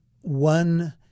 one